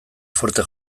fuerte